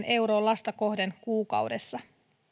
euroon lasta kohden kuukaudessa